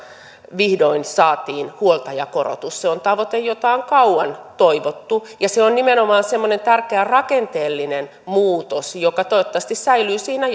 vihdoin saatiin huoltajakorotus se on tavoite jota on kauan toivottu ja se on nimenomaan semmoinen tärkeä rakenteellinen muutos joka toivottavasti säilyy siinä